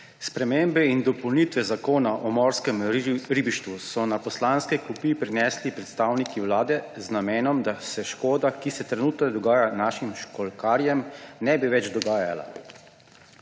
Spremembe in dopolnitve Zakona o morskem ribištvu so na poslanske klopi prinesli predstavniki Vlade z namenom, da se škoda, ki se trenutno dogaja našim školjkarjem, ne bi več dogajala.